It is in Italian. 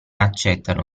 accettano